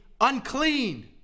unclean